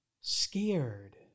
scared